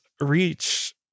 reach